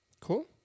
Cool